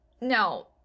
no